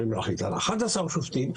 יכולים להחליט על 11 שופטים,